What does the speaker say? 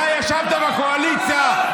אתה ישבת בקואליציה.